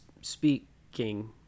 speaking